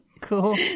cool